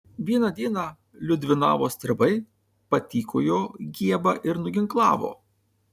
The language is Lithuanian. vieną dieną liudvinavo stribai patykojo giebą ir nuginklavo